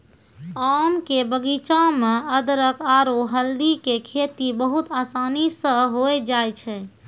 आम के बगीचा मॅ अदरख आरो हल्दी के खेती बहुत आसानी स होय जाय छै